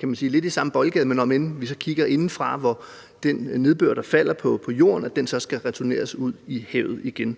kan man sige, lidt i samme boldgade, omend vi kigger inde fra land, hvor den nedbør, der falder på jorden, så skal returneres ud i havet igen.